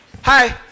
hi